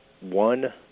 one